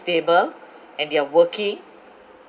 stable and they're working